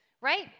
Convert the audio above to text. right